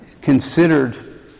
considered